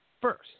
first